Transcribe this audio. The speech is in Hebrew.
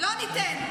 לא ניתן.